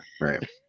Right